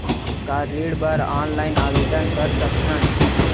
का ऋण बर ऑनलाइन आवेदन कर सकथन?